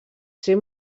ser